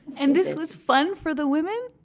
and this was fun for the women